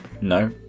No